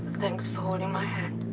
thanks, for holding my hand.